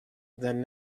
than